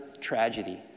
tragedy